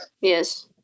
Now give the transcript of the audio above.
Yes